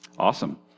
Awesome